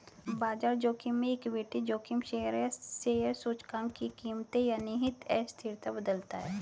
बाजार जोखिम में इक्विटी जोखिम शेयर या शेयर सूचकांक की कीमतें या निहित अस्थिरता बदलता है